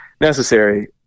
necessary